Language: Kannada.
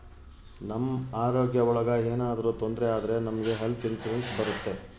ನಮ್ ಆರೋಗ್ಯ ಒಳಗ ಏನಾದ್ರೂ ತೊಂದ್ರೆ ಆದ್ರೆ ನಮ್ಗೆ ಹೆಲ್ತ್ ಇನ್ಸೂರೆನ್ಸ್ ಬರುತ್ತೆ